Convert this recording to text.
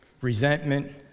resentment